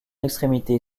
extrémité